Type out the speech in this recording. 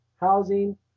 housing